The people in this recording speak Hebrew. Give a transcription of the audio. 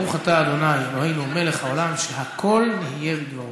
ברוך אתה ה' אלוהינו מלך העולם שהכול נהיה בדברו.